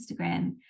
Instagram